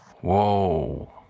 Whoa